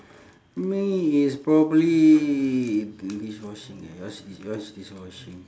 me is probably dish washing eh yours is yours is dish washing